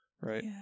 right